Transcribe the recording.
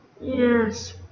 Yes